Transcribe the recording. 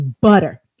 butter